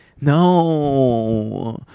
No